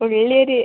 ഉള്ളി ഒരു